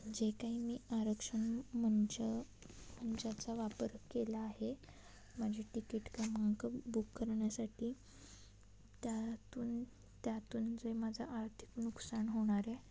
जे काही मी आरक्षण मंच मंचाचा वापर केला आहे माझे टिकीट क्रमांक बुक करण्यासाठी त्यातून त्यातून जे माझा आर्थिक नुकसान होणार आहे